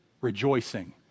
rejoicing